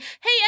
Hey